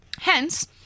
Hence